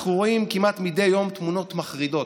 ואנחנו רואים כמעט מדי יום תמונות מחרידות,